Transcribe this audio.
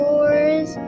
Wars